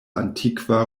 antikva